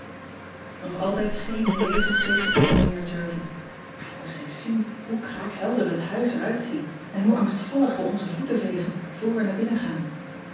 og altijd geen levensteeken van ongeheer ervie aar je moest eens zien hoe kraakhelder het huis er uitziet en hoe angstvallig we onze voeten vegen vr we naar binnen gaan